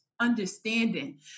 understanding